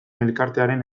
elkartearen